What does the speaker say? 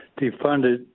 defunded